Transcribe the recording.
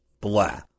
Blah